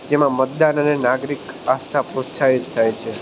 જેમાં મતદાર અને નાગરિક આસ્થા પ્રોત્સાહિત થાય છે